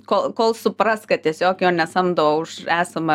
kol kol supras kad tiesiog jo nesamdo už esamą